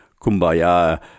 kumbaya